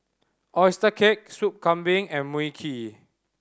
oyster cake Sup Kambing and Mui Kee